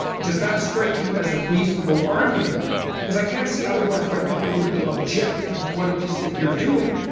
does that strike you as a reasonable argument because i can't see, otherwise, why people would be objecting to what it is that you're doing